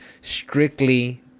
strictly